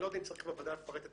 אני לא יודע אם צריך בוועדה לפרט את